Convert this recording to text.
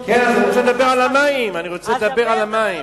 אני רוצה לדבר על המים, אני רוצה לדבר על המים.